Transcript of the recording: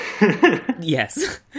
Yes